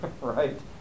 Right